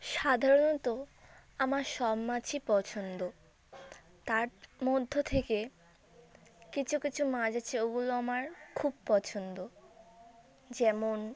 সাধারণত আমার সব মাছই পছন্দ তার মধ্য থেকে কিছু কিছু মাছ আছে ওগুলো আমার খুব পছন্দ যেমন